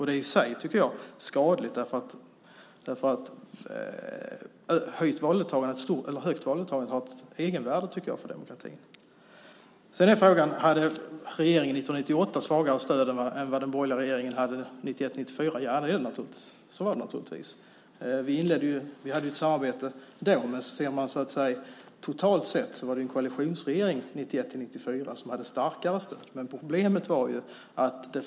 Det i sig är skadligt, tycker jag, därför att högt valdeltagande har ett egenvärde för demokratin. Sedan är frågan om regeringen 1998 hade svagare stöd än vad den borgerliga regeringen hade 1991-1994. Ja, så var det naturligtvis. Vi hade ett samarbete då, men totalt sett i Sverige hade koalitionsregeringen 1991-1994 ett mycket starkare stöd.